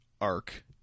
arc